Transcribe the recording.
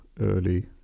early